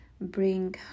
bring